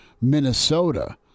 Minnesota